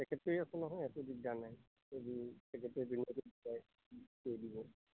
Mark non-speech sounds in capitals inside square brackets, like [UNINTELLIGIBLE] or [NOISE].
secretary আছে নহয় একো দিগদাৰ নাই [UNINTELLIGIBLE] ছেক্ৰেটাৰী [UNINTELLIGIBLE] কৰি দিব